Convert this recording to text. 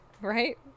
Right